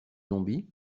zombies